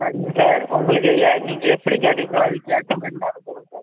சரிங்க சார் உங்களுக்கு எ நீங்கள் எப்படி கேட்டீங்களோ அதுக்கேற்ற மாதிரி நாங்கள் தருவோம் சார்